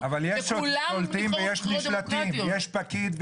וכולם נבחרו בבחירות דמוקרטיות.